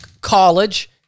college